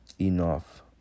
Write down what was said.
enough